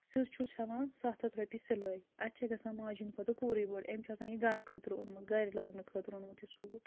سٕژ چھُس ہٮ۪وان سَتھ ہَتھ رۄپیہِ سِلٲے اَتہِ چھِ گَژھان ماجہِ ہٕندِ کھۄتہٕ کوٗرٕے بٔڑ أمۍ چھُ آسان یہِ گَرٕ خٲطرٕ اوٛنمُت گَرِ لاگہٕ نہٕ خٲطرٕ اوٚنمُت یہِ سوٗٹھ